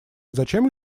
зачем